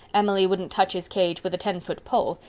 emily wouldn't touch his cage with a ten-foot pole.